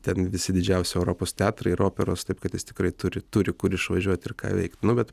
ten visi didžiausi europos teatrai ir operos taip kad jis tikrai turi turi kur išvažiuot ir ką veikt nu bet